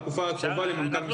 בתקופה הקרובה למנכ"ל משרד החינוך.